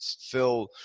Phil